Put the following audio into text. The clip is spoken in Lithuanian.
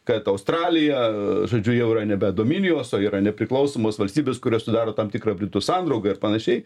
kad australija žodžiu jau yra nebe dominijos o yra nepriklausomos valstybės kurios sudaro tam tikrą britų sandraugą ir panašiai